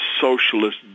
socialist